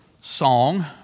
song